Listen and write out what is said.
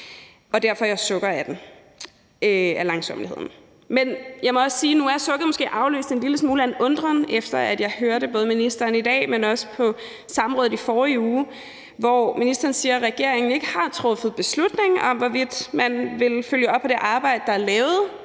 og jeg sukker af langsommeligheden. Men jeg må også sige, at nu er sukket måske afløst en lille smule af en undren, efter at jeg hørte ministeren både i dag og på samrådet i forrige uge, hvor ministeren sagde, at regeringen ikke har truffet beslutning om, hvorvidt man vil følge op på det arbejde, der er lavet